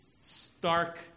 stark